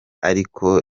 ariko